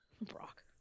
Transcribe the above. Brock